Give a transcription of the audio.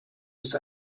ist